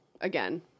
again